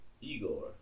Igor